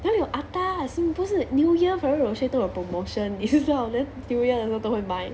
哪里有 atas 不是 new year Ferrero Rocher 都有 promotion 你知不知道 then new year 的时候都会买